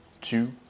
two